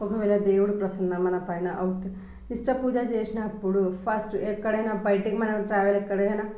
ఒకవేళ దేవుడు ప్రసన్న మన పైన అయితే నిష్ట పూజ చేసినప్పుడు ఫస్ట్ ఎక్కడైనా బయట మనం ఎక్కడైనా ట్రావెల్ ఎక్కడైనా